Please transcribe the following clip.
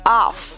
off